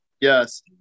yes